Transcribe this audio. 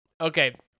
Okay